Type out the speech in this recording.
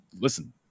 listen